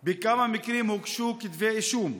2. בכמה מקרים הוגשו כתבי אישום?